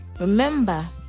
remember